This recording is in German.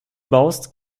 baust